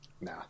Nah